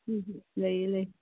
ꯂꯩꯌꯦ ꯂꯩꯌꯦ